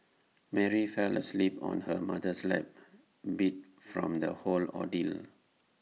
Mary fell asleep on her mother's lap beat from the whole ordeal